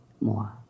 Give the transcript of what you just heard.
more